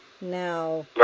Now